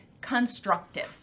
constructive